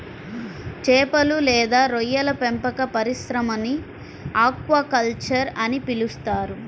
చేపలు లేదా రొయ్యల పెంపక పరిశ్రమని ఆక్వాకల్చర్ అని పిలుస్తారు